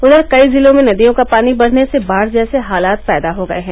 उधर कई जिलों में नदियों का पानी बढ़ने से बाढ़ जैसे हालात पैदा हो गये हैं